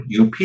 UP